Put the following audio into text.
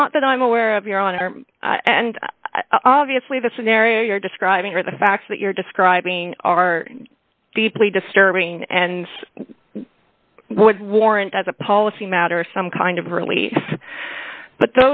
not that i'm aware of your honor and obviously the scenario you're describing or the facts that you're describing are deeply disturbing and would warrant as a policy matter some kind of release but